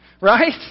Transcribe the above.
right